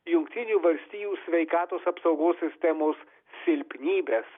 jungtinių valstijų sveikatos apsaugos sistemos silpnybes